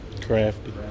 crafty